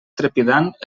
trepidant